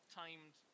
timed